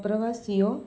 પ્રવાસીઓ